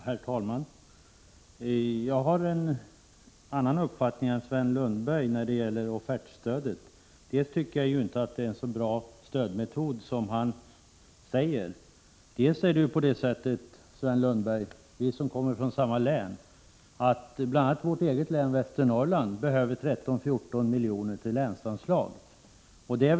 Herr talman! Jag har en annan uppfattning än Sven Lundberg när det gäller offertstödet. För det första tycker jag inte att det är en så bra stödmetod som han säger. För det andra är det på det sättet, Sven Lundberg — vi kommer ju från samma län — att bl.a. vårt eget län, Västernorrland, behöver 13-14 miljoner till länsanslag.